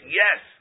yes